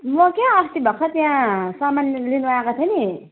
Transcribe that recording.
म क्या अस्ती भखर त्यहाँ सामान लिनु आएको थिएँ नि